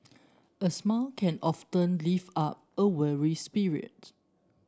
a smile can often lift up a weary spirit